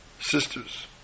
sisters